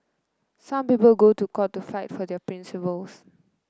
some people go to court to fight for their principles